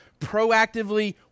proactively